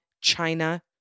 China